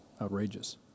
outrageous